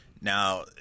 now